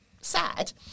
sad